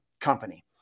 company